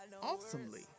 Awesomely